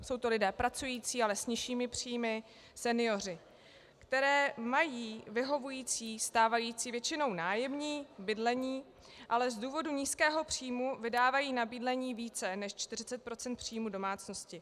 Jsou to lidé pracující, ale s nižšími příjmy, senioři, kteří mají vyhovující stávající, většinou nájemní bydlení, ale z důvodu nízkého příjmu vydávají na bydlení více než 40 % příjmů domácnosti.